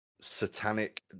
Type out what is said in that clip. satanic